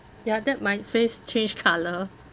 ya that my face change colour